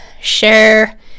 share